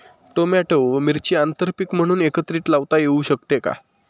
Tomato व मिरची आंतरपीक म्हणून एकत्रित लावता येऊ शकते का?